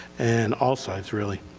and all sides, really.